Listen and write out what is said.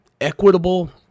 equitable